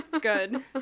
Good